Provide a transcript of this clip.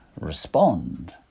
respond